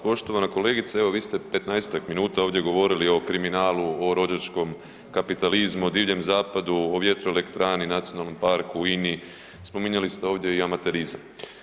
Poštovana kolegice, evo vi ste 15-tak minuta ovdje govorili o kriminalu, o rođačkom kapitalizmu, divljem zapadu, o vjetroelektrani, nacionalnom parku, o INI, spominjali ste ovdje i amaterizam.